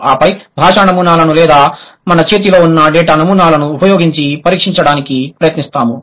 ఆపై భాషా నమూనాలను లేదా మన చేతిలో ఉన్న డేటా నమూనాలను ఉపయోగించి పరీక్షించడానికి ప్రయత్నిస్తాము